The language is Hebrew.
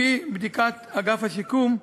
לפי בדיקת אגף השיקום,